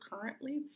currently